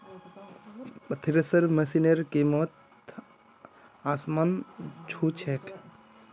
thresher मशिनेर कीमत त आसमान छू छेक